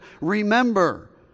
remember